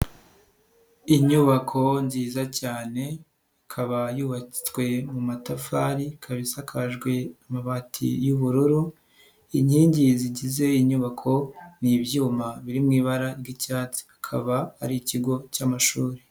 Inyubako nziza cyane ikaba yubatswe mu matafari, ikaba isakajwe amabati y'ubururu, inkingi zigize inyubako ni byuma biri mu ibara ry'icyatsi, akaba ari ikigo cy'amashuri.